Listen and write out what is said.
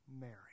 Mary